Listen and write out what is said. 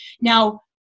Now